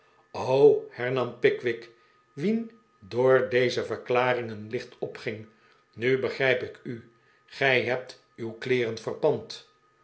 hernam pickwick wien door deze verklaring een licht opging nu begrijp ik u gij hebt uw kleeren verpand